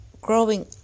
growing